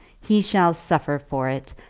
he shall suffer for it,